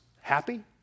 happy